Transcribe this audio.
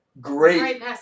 Great